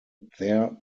their